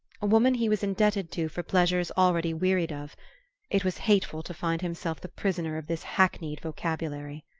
a woman he was indebted to for pleasures already wearied of it was hateful to find himself the prisoner of this hackneyed vocabulary.